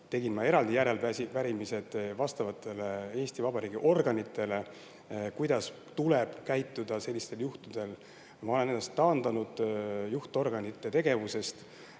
tegin ma eraldi järelepärimised vastavatele Eesti Vabariigi organitele, kuidas tuleb sellistel juhtudel käituda. Ma olen ennast taandanud juhtorganite tegevusest.